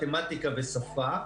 מתמטיקה ושפה.